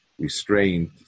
restraint